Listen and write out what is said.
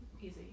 easy